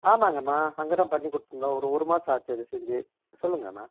ஆமாங்கமா நாங்கள் தான் பண்ணி கொடுத்துருந்தோம் ஒரு மாதம் ஆச்சு அது செஞ்சு சொல்லுங்கமா